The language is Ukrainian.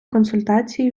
консультації